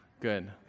good